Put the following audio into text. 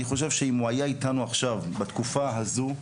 אני חושב שאם הוא היה איתנו עכשיו בתקופה הזו,